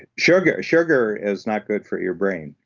sugar sugar is not good for your brain.